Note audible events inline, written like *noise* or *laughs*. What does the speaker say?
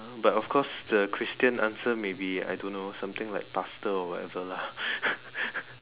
but of course the Christian answer maybe I don't know something like pastor or whatever lah *laughs*